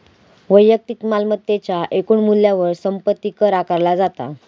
वैयक्तिक मालमत्तेच्या एकूण मूल्यावर संपत्ती कर आकारला जाता